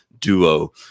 duo